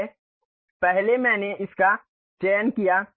इसलिए पहले मैंने उसका चयन किया